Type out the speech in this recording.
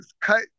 cut